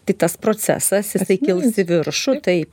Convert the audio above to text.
tai tas procesas jisai kils į viršų tai